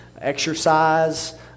Exercise